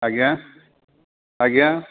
ଆଜ୍ଞା ଆଜ୍ଞା